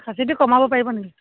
খাচীটো কমাব পাৰিব নেকি